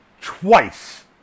Twice